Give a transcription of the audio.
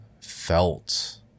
felt